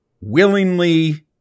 willingly